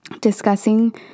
discussing